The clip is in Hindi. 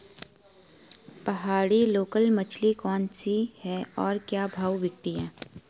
पहाड़ी लोकल मछली कौन सी है और क्या भाव बिकती है?